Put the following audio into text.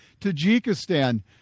Tajikistan